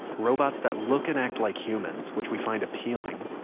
robots that look and act like humans which we find appealing.